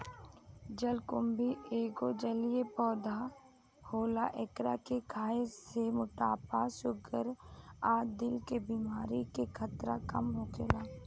जलकुम्भी एगो जलीय पौधा होला एकरा के खाए से मोटापा, शुगर आ दिल के बेमारी के खतरा कम होखेला